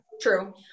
True